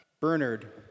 Bernard